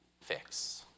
fix